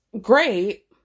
great